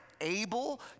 able